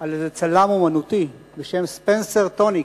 על איזה צלם אומנותי בשם ספנסר טוניק.